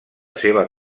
seva